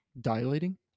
dilating